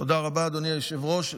תודה רבה, אדוני היושב-ראש.